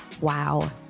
Wow